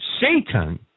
Satan